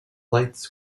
lights